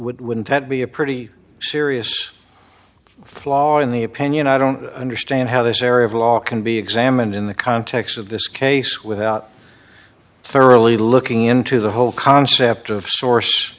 wouldn't would when ted be a pretty serious flaw in the opinion i don't understand how this area of law can be examined in the context of this case without thoroughly looking into the whole concept of sour